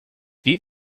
wie